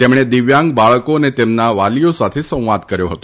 તેમણે દિવ્યાંગ બાળકો અને તેમના વાલીઓ સાથે સંવાદ કર્યો હતો